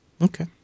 Okay